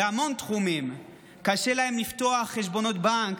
בהמון תחומים: קשה להן לפתוח חשבונות בנק,